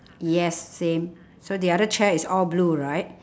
yes same so the other chair is all blue right